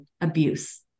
abuse